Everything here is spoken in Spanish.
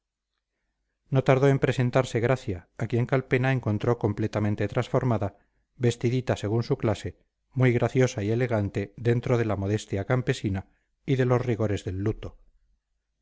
no tardó en presentarse gracia a quien calpena encontró completamente transformada vestidita según su clase muy graciosa y elegante dentro de la modestia campesina y de los rigores del luto